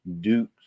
Duke